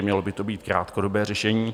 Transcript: Mělo by to být krátkodobé řešení.